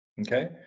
Okay